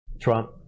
Trump